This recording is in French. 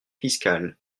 fiscal